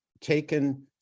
taken